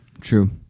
true